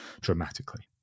dramatically